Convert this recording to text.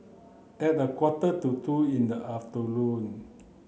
at a quarter to two in the afternoon